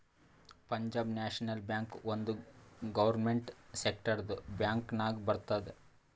Punjab national bank ಒಂದ್ government ಸೆಕ್ಟರ್ದು bank ನಾಗ್ ಬರ್ತುದ್